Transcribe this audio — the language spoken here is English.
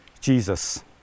Jesus